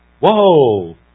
Whoa